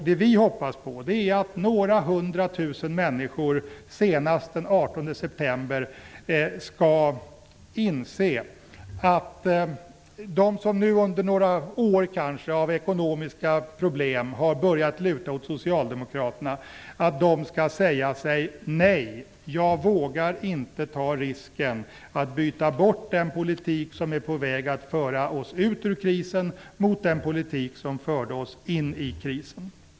Det vi hoppas på är att de som under några år av ekonomiska problem kanske har börjat luta åt socialdemokraterna senast den 18 september skall säga: Nej, jag vågar inte ta risken att byta bort den politik som är på väg att föra oss ut ur krisen mot den politik som förde oss in i krisen.